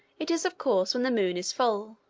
it is, of course, when the moon is full,